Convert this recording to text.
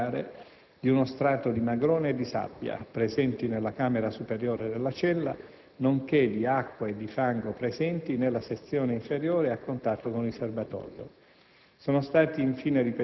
Si tratta, in particolare, di uno strato di magrone e di sabbia, presenti nella camera superiore della cella nonché di acqua e di fango, presenti nella sezione inferiore a contatto con il serbatoio.